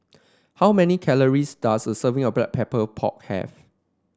how many calories does a serving of Black Pepper of pork have